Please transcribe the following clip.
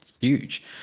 huge